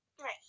Right